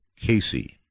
Casey